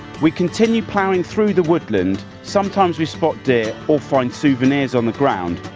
we continue ploughing through the woodland. sometimes we spot deer or find souvenirs on the ground.